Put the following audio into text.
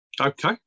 Okay